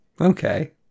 Okay